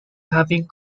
having